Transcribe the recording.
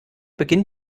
beginnt